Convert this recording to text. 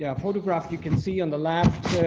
yeah photograph. you can see on the left,